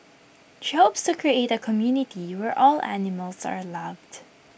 she hopes to create A community where all animals are loved